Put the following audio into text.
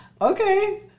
Okay